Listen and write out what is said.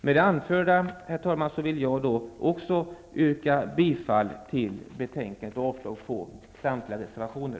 Med det anförda, herr talman, vill jag yrka bifall till utskottets hemställan och avslag på samtliga reservationer.